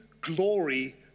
glory